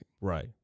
Right